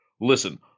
Listen